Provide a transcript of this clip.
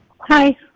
Hi